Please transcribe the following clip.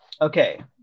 Okay